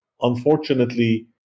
Unfortunately